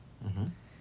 mmhmm